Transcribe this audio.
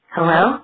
Hello